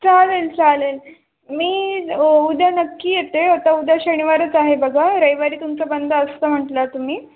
चालेल चालेल मी उद्या नक्की येते आता उद्या शनिवारच आहे बघा रविवारी तुमचं बंद असतं म्हंटल तुम्ही